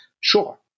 Sure